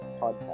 podcast